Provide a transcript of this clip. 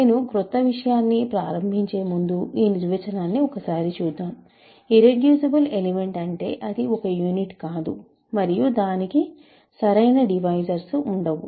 నేను క్రొత్త విషయాన్ని ప్రారంభించే ముందు ఈ నిర్వచనాన్ని ఒకసారి చూద్దాం ఇర్రెడ్యూసిబుల్ ఎలిమెంట్ అంటే అది యూనిట్ కాదు మరియు దానికి ప్రాపర్ డివైజర్స్ లు ఉండవు